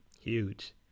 Huge